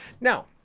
Now